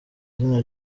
izina